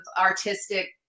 artistic